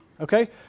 Okay